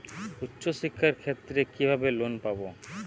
উচ্চশিক্ষার ক্ষেত্রে কিভাবে লোন পাব?